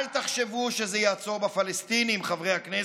ואל תחשבו שזה יעצור את הפלסטינים, חברי הכנסת,